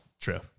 True